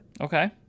Okay